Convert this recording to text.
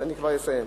אני מבקש לסיים.